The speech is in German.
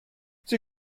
sie